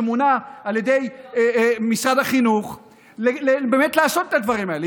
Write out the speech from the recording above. שמונה על ידי משרד החינוך לעשות את הדברים האלה.